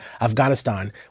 Afghanistan